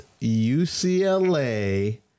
UCLA